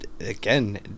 again